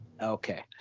Okay